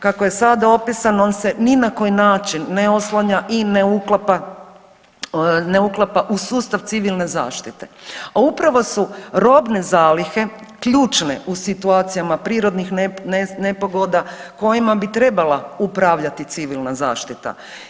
Kako je sada opisan on se ni na koji način ne oslanja i ne uklapa, ne uklapa u sustav civilne zašite, a upravo su robne zalihe ključne u situacijama prirodnih nepogoda kojima bi trebala upravljati civilna zaštita.